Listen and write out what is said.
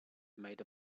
made